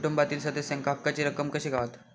कुटुंबातील सदस्यांका हक्काची रक्कम कशी गावात?